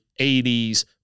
80s